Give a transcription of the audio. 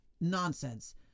nonsense